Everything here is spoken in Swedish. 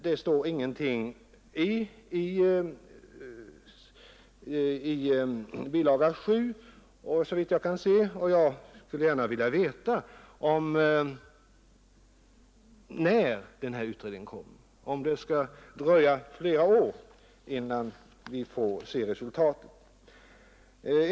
Det står ingenting om det i Bilaga 7 till statsverkspropositionen, såvitt jag kan se. Jag skulle gärna vilja veta när denna utredning kommer; om det skall dröja flera år innan vi får se resultatet av den.